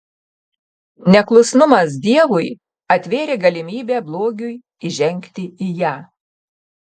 neklusnumas dievui atvėrė galimybę blogiui įžengti į ją